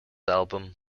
album